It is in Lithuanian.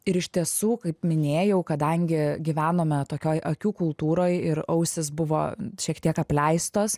ir iš tiesų kaip minėjau kadangi gyvename tokioj akių kultūroj ir ausys buvo šiek tiek apleistos